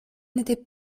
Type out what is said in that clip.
n’étaient